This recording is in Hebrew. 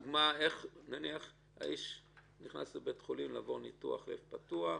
לדוגמה האיש נכנס לבית חולים לעבור לניתוח לב פתוח,